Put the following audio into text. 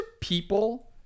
people